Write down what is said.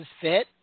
fit